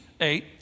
eight